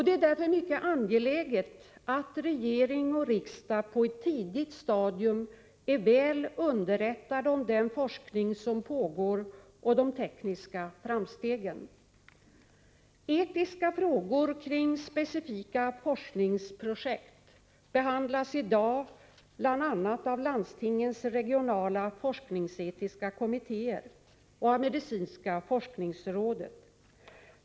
Det är därför mycket angeläget att regering och riksdag på ett tidigt stadium är väl underrättade om den forskning som pågår och om de tekniska framstegen. Etiska frågor kring specifika forskningsprojekt behandlas i dag av bl.a. landstingens regionala forskningsetiska kommittéer och av medicinska forskningsrådet.